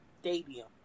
stadium